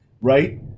right